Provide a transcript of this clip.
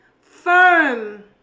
firm